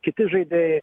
kiti žaidėjai